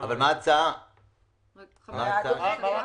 רק בעד או נגד?